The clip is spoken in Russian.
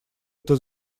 это